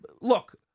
look